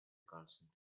constant